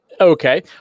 Okay